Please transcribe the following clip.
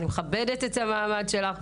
אני מכבדת את המעמד שלך,